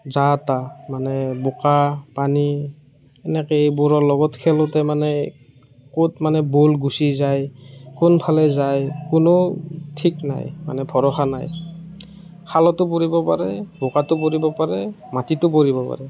যা তা মানে বোকা পানী এনেকৈ এইবোৰৰ লগত খেলোঁতে মানে ক'ত মানে বল গুচি যায় কোনফালে যায় কোনো ঠিক নাই মানে ভৰষা নাই খালতো পৰিব পাৰে বোকাতো পৰিব পাৰে মাটিতো পৰিব পাৰে